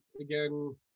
again